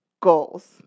goals